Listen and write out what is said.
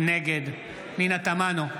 נגד פנינה תמנו,